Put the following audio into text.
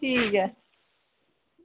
ठीक ऐ